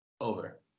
over